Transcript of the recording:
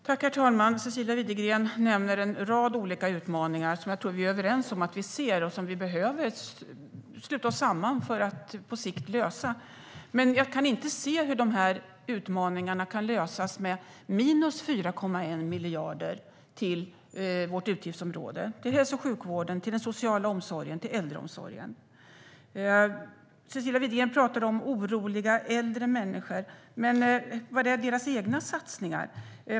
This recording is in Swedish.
Herr talman! Cecilia Widegren nämner en rad olika utmaningar som jag tror att vi är överens om att vi ser. Där behöver vi sluta oss samman för att på sikt lösa dem. Men jag kan inte se hur utmaningarna kan lösas med minus 4,1 miljarder till vårt utgiftsområde, till hälso och sjukvården, den sociala omsorgen, äldreomsorgen. Cecilia Widegren talar om oroliga äldre människor, men var finns Moderaternas egna satsningar?